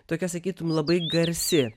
tokia sakytum labai garsi